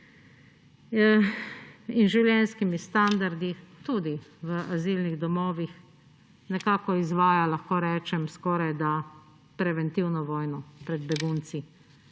z življenjskimi standardi v azilnih domovih nekako izvaja, lahko rečem, skorajda preventivno vojno pred begunci.